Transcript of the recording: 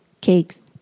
cakes